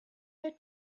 your